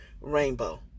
rainbow